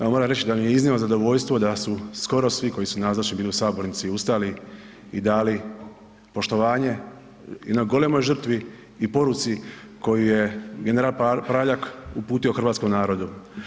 Evo, moram reći da mi je iznimno zadovoljstvo da su skoro svi koji su nazočni bili u sabornici ustali i dali poštovanje jednoj golemoj žrtvi i poruci koju je general Praljak uputio hrvatskom narodu.